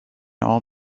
all